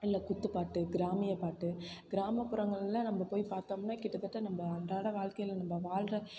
இல்லை குத்துப்பாட்டு கிராமியப்பாட்டு கிராமப்புறங்களில் நம்ம போய் பார்த்தோம்னா கிட்டத்தட்ட நம்ம அன்றாட வாழ்க்கையில் நம்ம வாழுற